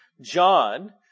John